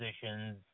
positions